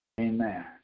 amen